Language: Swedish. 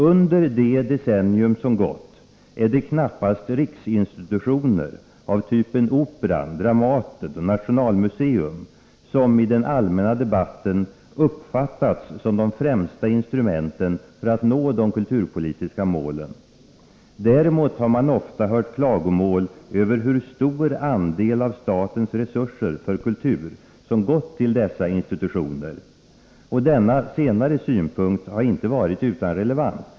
Under det decennium som gått är det knappast riksinstitutioner av typen Operan, Dramaten och Nationalmuseum som — i den allmänna debatten — uppfattats som de främsta instrumenten för att nå de kulturpolitiska målen. Däremot har man ofta hört klagomål över hur stor andel av statens resurser för kultur som gått till dessa institutioner. Och denna senare synpunkt har inte varit utan relevans.